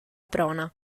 prona